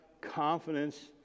confidence